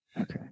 Okay